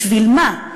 בשביל מה,